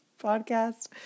podcast